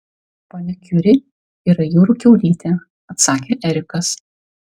ponia kiuri yra jūrų kiaulytė atsakė erikas